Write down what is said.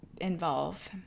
involve